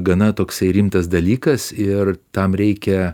gana toksai rimtas dalykas ir tam reikia